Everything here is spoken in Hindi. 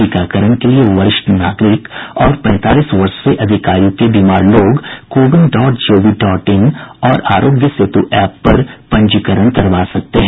टीकाकरण के लिए वरिष्ठ नागरिक और पैंतालीस वर्ष से अधिक आयु के बीमार लोग CoWIN dot gov dot in और आरोग्य सेतु एप पर पंजीकरण करवा सकते हैं